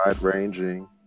ranging